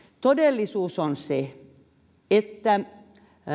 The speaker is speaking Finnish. todellisuus on se että